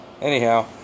anyhow